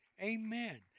Amen